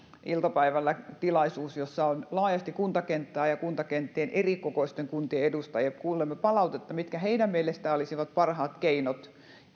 tilaisuus jossa on laajasti kuntakenttää ja kuntakentän erikokoisten kuntien edustajia ja kuulemme palautetta mitkä heidän mielestään olisivat parhaat keinot